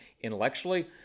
Intellectually